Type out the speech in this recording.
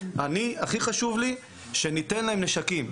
לי הכי חשוב שניתן להם נשקים,